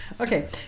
Okay